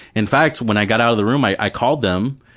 in fact, when i got out of the room i called them,